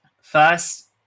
first